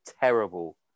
terrible